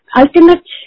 ultimate